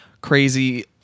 crazy